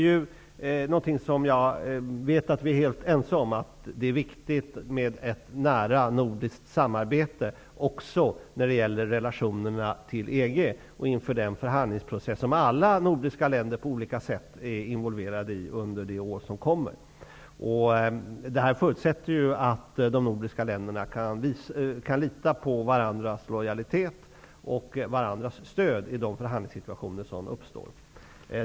Jag vet att vi är helt ense om att det är viktigt med ett nära nordiskt samarbete också när det gäller relationerna till EG och inför förhandlingsprocessen, som alla nordiska länder kommer att vara involverade i under kommande år. Det förutsätter att de nordiska länderna i de förhandlingssituationer som uppstår kan lita på varandras lojalitet och stöd.